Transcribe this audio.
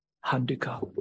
Handicap